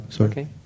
Okay